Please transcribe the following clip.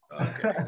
okay